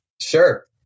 Sure